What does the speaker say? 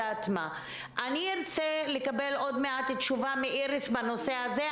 אני ארצה עוד מעט לקבל תשובה מאיריס בנושא הזה.